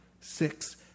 six